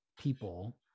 people